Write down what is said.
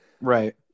right